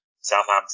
Southampton